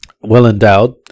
well-endowed